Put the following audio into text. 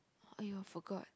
!aiyo! forgot